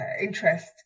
interest